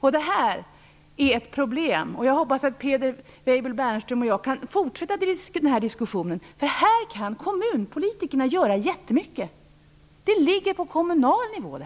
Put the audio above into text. Det här är ett problem. Jag hoppas att Peter Weibull Bernström och jag kan fortsätta den här diskussionen, för här kan kommunpolitikerna göra jättemycket. Det här ligger på kommunal nivå.